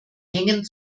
hängen